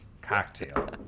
cocktail